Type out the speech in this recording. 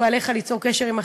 ועליך ליצור קשר עם החברה.